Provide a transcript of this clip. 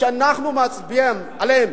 שאנחנו מצביעים עליהם,